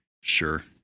Sure